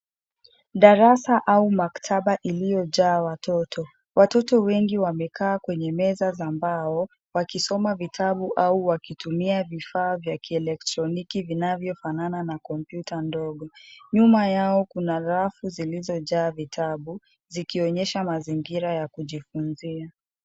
Darasa au maktaba iliyojaa watoto. Watoto wengi wamekaa kwenye meza za mbao wakisoma vitabu au wakitumia vifaa vya kielektroniki vinavyofanana na kompyuta ndogo. Nyuma yao kuna rafu zilizojaa vitabu zikionyesha mazingira ya kujifunzia.